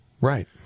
Right